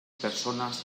personas